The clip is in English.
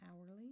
hourly